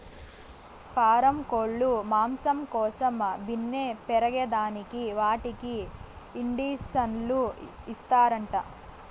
పారం కోల్లు మాంసం కోసం బిన్నే పెరగేదానికి వాటికి ఇండీసన్లు ఇస్తారంట